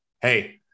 hey